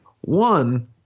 One